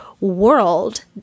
world